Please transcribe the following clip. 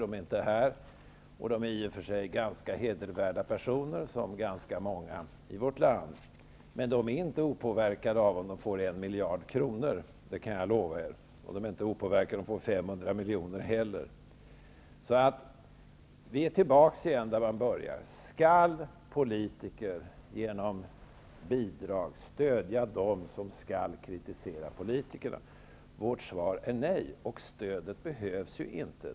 De är inte här, och de är i och för sig ganska hedervärda personer, som ganska många andra i vårt land. Men jag kan garantera att de inte är opåverkade av om de får 1 miljard kronor, och de är inte heller opåverkade av om de får 500 miljoner. Vi är tillbaka där vi började: Skall politiker genom bidrag stödja dem som skall kritisera politikerna? Vårt svar är nej. Stödet behövs inte.